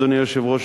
אדוני היושב-ראש,